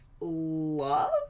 love